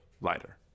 lighter